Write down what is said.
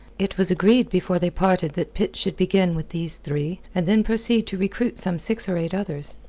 it was agreed before they parted that pitt should begin with these three and then proceed to recruit some six or eight others.